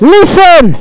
Listen